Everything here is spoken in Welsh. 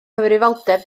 cyfrifoldeb